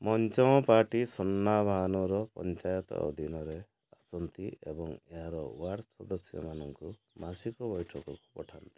ମଞ୍ଜମପାଟି ସୁନ୍ନାଭାନୁର ପଞ୍ଚାୟତ ଅଧୀନରେ ଆସନ୍ତି ଏବଂ ଏହାର ୱାର୍ଡ଼ ସଦସ୍ୟମାନଙ୍କୁ ମାସିକ ବୈଠକକୁ ପଠାନ୍ତି